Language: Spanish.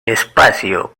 espacio